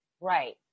Right